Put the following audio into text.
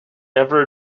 never